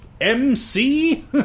MC